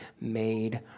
made